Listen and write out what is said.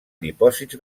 dipòsits